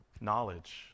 knowledge